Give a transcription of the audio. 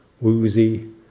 woozy